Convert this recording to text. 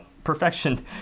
Perfection